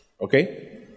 Okay